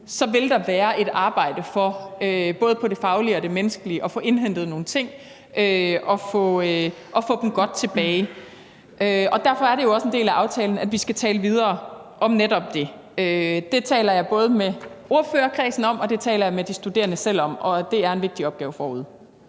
ej, vil der være et arbejde for både på det faglige og det menneskelige niveau at få indhentet nogle ting og få dem godt tilbage. Derfor er det jo også en del af aftalen, at vi skal tale videre om netop det. Det taler jeg både med ordførerkredsen om, og det taler jeg med de studerende selv om, og det er en vigtig opgave forude.